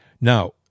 Now